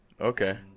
Okay